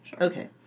Okay